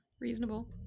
reasonable